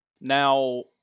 now